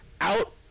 out